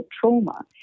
trauma